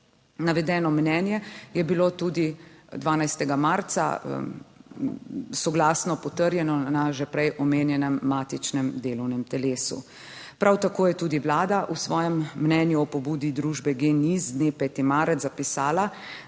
Navedeno mnenje je bilo tudi 12. marca soglasno potrjeno na že prej omenjenem matičnem delovnem telesu. Prav tako je tudi Vlada v svojem mnenju o pobudi družbe GEN-I dne 5. marec zapisala,